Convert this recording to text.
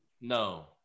No